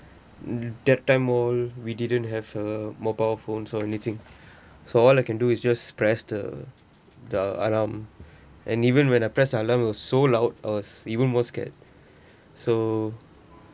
that time all we didn't have a mobile phone or anything so all I can do is just press the the alarm and even when I pressed the alarm was so loud I was even more scared so